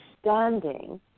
standing